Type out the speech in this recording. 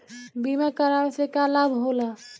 बीमा करावे से का लाभ होला?